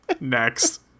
Next